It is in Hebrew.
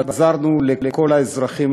ועזרנו לכל האזרחים,